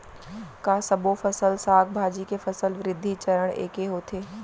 का सबो फसल, साग भाजी के फसल वृद्धि चरण ऐके होथे?